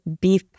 beef